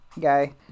guy